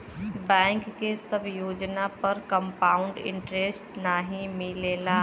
bank के सब योजना पर कंपाउड इन्टरेस्ट नाहीं मिलला